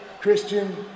christian